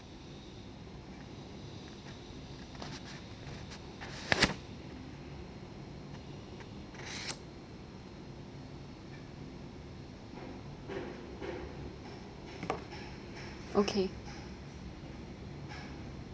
okay